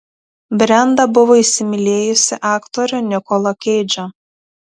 brenda buvo įsimylėjusi aktorių nikolą keidžą